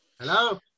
Hello